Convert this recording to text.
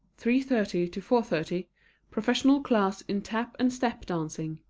three thirty to four thirty professional class in tap and step dancing.